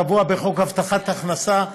הקבוע בחוק הבטחת הכנסה,